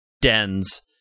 dens